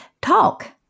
talk